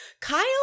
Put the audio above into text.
Kyle